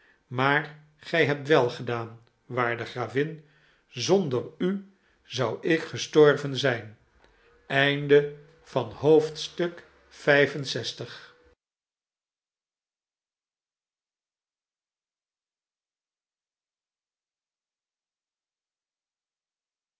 maar gij hebt welgedaan waarde gravin zonder u zou ik gestorven zijn